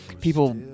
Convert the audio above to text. people